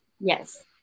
Yes